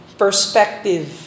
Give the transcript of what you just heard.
perspective